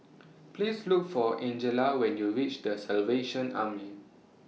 Please Look For Angella when YOU REACH The Salvation Army